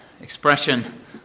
expression